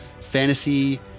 fantasy